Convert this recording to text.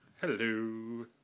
Hello